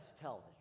tell